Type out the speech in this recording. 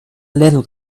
little